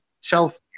shelf